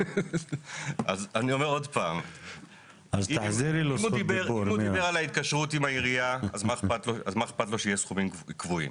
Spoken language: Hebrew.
אם הוא דיבר על ההתקשרות עם העירייה אז מה אכפת לו שיהיו סכומים קבועים.